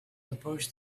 approached